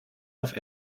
auf